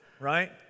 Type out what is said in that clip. right